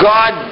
God